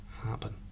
happen